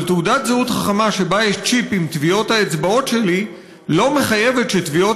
אבל תעודת זהות חכמה שבה יש צ'יפ עם טביעות האצבעות שלי לא מחייבת שטביעות